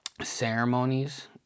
ceremonies